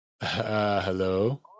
Hello